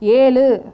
ஏழு